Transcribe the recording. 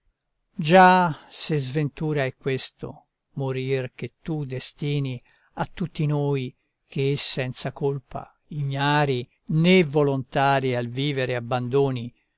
già se sventura è questo morir che tu destini a tutti noi che senza colpa ignari né volontari al vivere abbandoni